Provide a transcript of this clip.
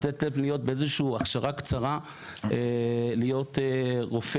לתת להם להיות באיזושהי הכשרה קצרה להיות עוזר